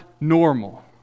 normal